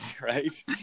right